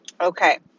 Okay